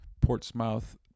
Portsmouth